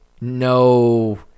no